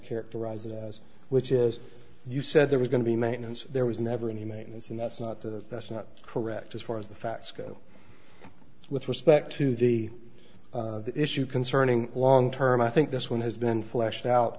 characterize it as which is you said there was going to be maintenance there was never any maintenance and that's not the that's not correct as far as the facts go with respect to the issue concerning the long term i think this one has been fleshed